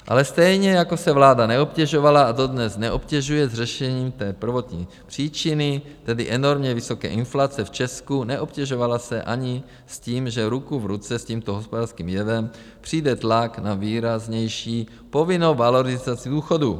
Ale stejně jako se vláda neobtěžovala a dodnes neobtěžuje s řešením té prvotní příčiny, tedy enormně vysoké inflace v Česku, neobtěžovala se ani s tím, že ruku v ruce s tímto hospodářským jevem přijde tlak na výraznější povinnou valorizaci důchodů.